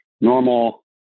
normal